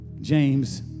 james